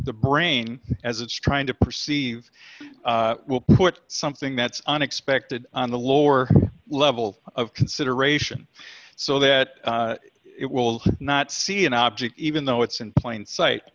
the brain as it's trying to perceive will put something that's unexpected on the lower level of consideration so that it will not see an object even though it's in plain sight